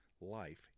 life